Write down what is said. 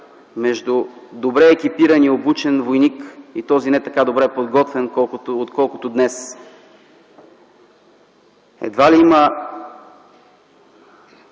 между добре екипирания и обучен войник и не така добре подготвения, отколкото днес. Едва ли има